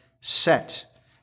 set